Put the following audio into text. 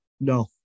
No